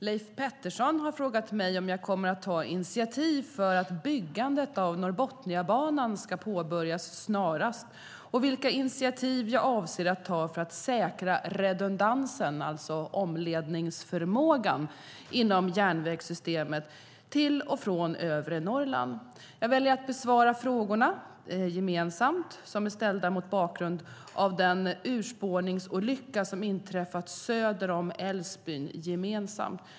Leif Pettersson har frågat mig om jag kommer att ta initiativ för att byggandet av Norrbotniabanan ska påbörjas snarast och vilka initiativ jag avser att ta för att säkra redundansen, alltså omledningsförmågan, inom järnvägssystemet till och från övre Norrland. Jag väljer att besvara frågorna, som är ställda mot bakgrund av den urspårningsolycka som inträffat söder om Älvsbyn, gemensamt.